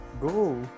Go